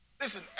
Listen